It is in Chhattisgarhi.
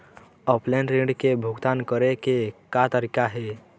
ऑफलाइन ऋण के भुगतान करे के का तरीका हे?